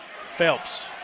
Phelps